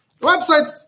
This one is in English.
Websites